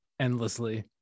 Endlessly